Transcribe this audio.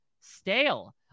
stale